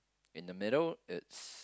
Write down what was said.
in the middle it's